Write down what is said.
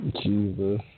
Jesus